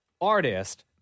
artist